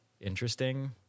interesting